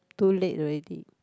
too late already